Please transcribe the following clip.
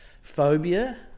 phobia